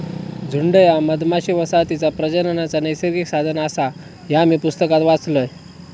झुंड ह्या मधमाशी वसाहतीचा प्रजननाचा नैसर्गिक साधन आसा, ह्या मी पुस्तकात वाचलंय